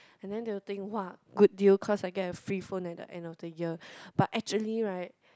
and then they will think !woah! good deal cause I get a free phone at the end of the year but actually right